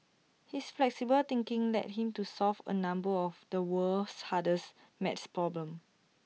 his flexible thinking led him to solve A number of the world's hardest math problems